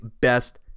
best